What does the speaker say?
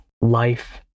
life